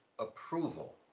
approval